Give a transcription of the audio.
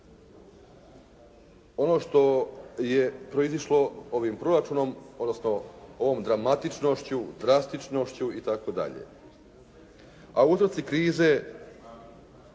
ono što je proizišlo ovim proračunom, odnosno ovom dramatičnošću, drastičnošću itd. A uzroci krize